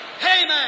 Amen